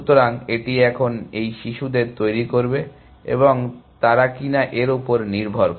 সুতরাং এটি এখন এই শিশুদের তৈরি করবে এবং তারা কিনা এর উপর নির্ভর করে